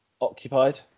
occupied